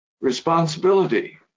responsibility